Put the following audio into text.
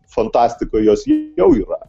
fantastikoj jos jau yra